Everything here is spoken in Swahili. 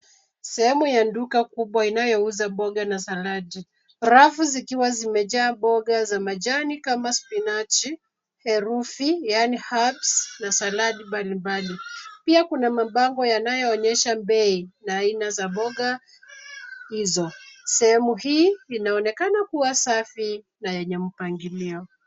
Sehemu ya duka kubwa, inayouza mboga na saladi. Rafu zikiwa zimejaa mboga za majani kama spinachi, herufi yaani cs[herbs]cs na saladi mbalimbali. Pia kuna bango yanayoonyesha bei na aina za mboga hizo. Sehemu hii inaonekana kuwa safi na yenye mpangilio.